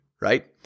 right